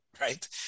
right